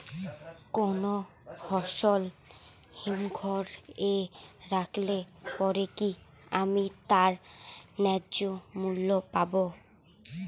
কোনো ফসল হিমঘর এ রাখলে পরে কি আমি তার ন্যায্য মূল্য পাব?